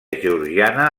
georgiana